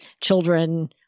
children